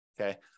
okay